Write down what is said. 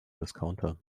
discounter